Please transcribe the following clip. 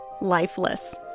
lifeless